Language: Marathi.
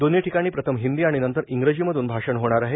दोन्ही ठिकाणी प्रथम हिंदी आणि नंतर इंग्रजीमधून भाषण होणार आहे